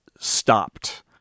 stopped